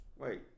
Wait